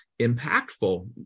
impactful